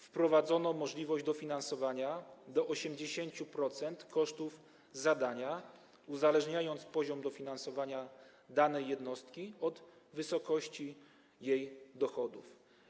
Wprowadzono możliwość dofinansowania do 80% kosztów zadania, uzależniając poziom dofinansowania danej jednostki od wysokości jej dochodów.